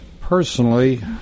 personally